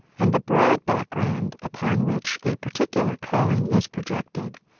and the broad background upon which a particular calling is projected,